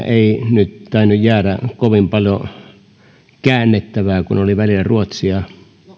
ei nyt tainnut jäädä kovin paljon käännettävää kun oli välillä ruotsia